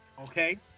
Okay